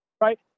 right